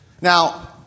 Now